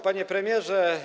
Panie Premierze!